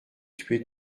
tuer